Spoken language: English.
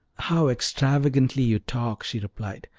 how extravagantly you talk! she replied.